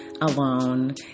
alone